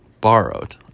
Borrowed